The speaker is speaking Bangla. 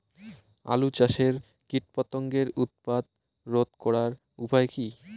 আলু চাষের কীটপতঙ্গের উৎপাত রোধ করার উপায় কী?